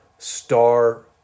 star